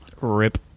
Rip